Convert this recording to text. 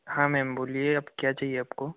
हाँ मैम बोलिए क्या चाहिए आपको